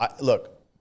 look